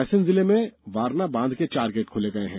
रायसेन जिले में वारना बांध के चार गेट खोले गये हैं